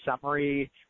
summary